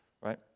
right